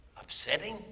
Upsetting